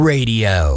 Radio